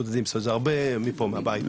בודדים, זאת אומרת זה הרבה מפה, מהבית.